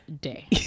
day